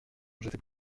j’étais